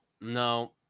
no